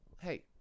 hey